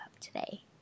today